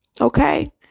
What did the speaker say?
Okay